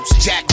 jack